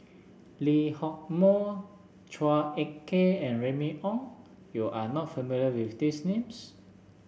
Lee Hock Moh Chua Ek Kay and Remy Ong you are not familiar with these names